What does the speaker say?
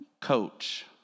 coach